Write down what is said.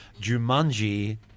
Jumanji